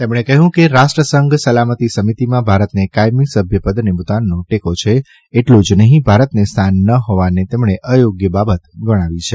તેમણે કહ્યું કે રાષ્ટ્રસંઘ સલામતિ સમિતિમાં ભારતને કાયમી સભ્યપદને ભૂતાનનો ટેકો છે એટલું જ નહિં ભારતને સ્થાન ન હોવાને તેમણે અયોગ્ય બાબત ગણાવી છે